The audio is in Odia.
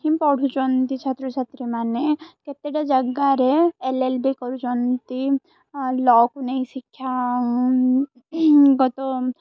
ହିଁ ପଢ଼ୁଛନ୍ତି ଛାତ୍ରଛାତ୍ରୀମାନେ କେତେଟା ଜାଗାରେ ଏଲ ଏଲ ବିି କରୁଛନ୍ତି ଲକୁ ନେଇ ଶିକ୍ଷାଗତ